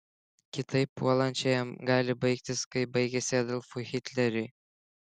kitaip puolančiajam gali baigtis kaip baigėsi adolfui hitleriui